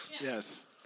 Yes